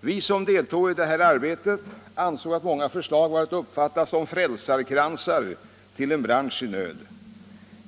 Vi som deltog i detta arbete ansåg att många förslag var att uppfatta som frälsarkransar till en bransch i nöd.